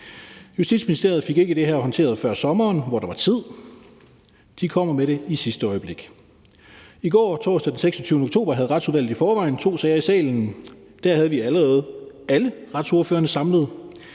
Justitsministeriet fik ikke det her håndteret før sommeren, hvor der var tid. De kommer med det i sidste øjeblik. I går, torsdag den 26. oktober, havde Retsudvalget i forvejen to sager i salen. Der havde vi alle retsordførerne samlet.